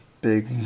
big